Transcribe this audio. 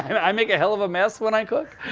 and i make a hell of a mess when i cook.